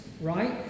right